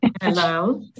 Hello